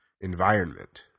environment